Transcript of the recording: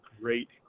great